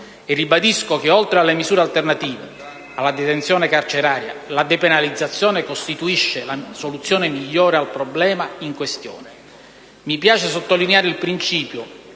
Ribadisco che oltre alle misure alternative alla detenzione carceraria, la depenalizzazione costituisce la soluzione migliore al problema in questione. Mi piace sottolineare il principio